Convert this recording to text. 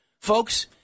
Folks